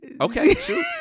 okay